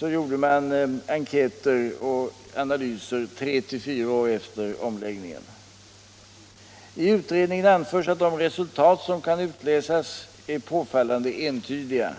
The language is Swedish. gjort enkäter och analyser tre till fyra år efter omläggningen. I utredningen anförs att de resultat som kan utläsas är påfallande entydiga.